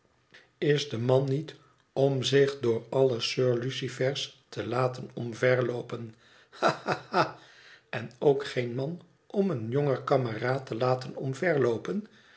is de man niet om zich door alle sir lucifer's te laten omverloopen ha ha ha en ook geen man om een jonger kameraad te laten omverloopen